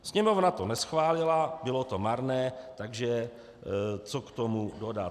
Sněmovna to neschválila, bylo to marné, takže co k tomu dodat?